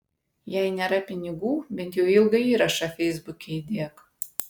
jei nėra pinigų bent jau ilgą įrašą feisbuke įdėk